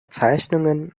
zeichnungen